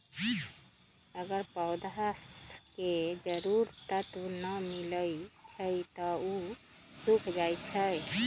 अगर पौधा स के जरूरी तत्व न मिलई छई त उ सूख जाई छई